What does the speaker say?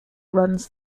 runs